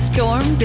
Storm